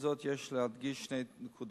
עם זאת, יש להדגיש שתי נקודות: